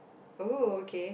oh okay